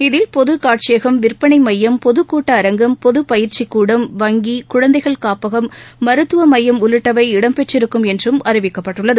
இதில் பொது காட்சியகம் விற்பனை மையம் பொதுக் கூட்ட அரங்கம் பொது பயிற்சிக் கூடம் வங்கி குழந்தைகள் காப்பகம் மருத்துவ மையம் உள்ளிட்டவை இடம்பெற்றிருக்கும் என்றும் அறிவிக்கப்பட்டுள்ளது